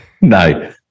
no